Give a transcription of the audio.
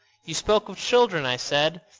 you spoke of children, i said.